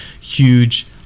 huge